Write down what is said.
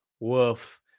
Woof